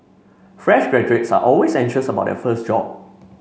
fresh graduates are always anxious about their first job